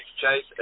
Chase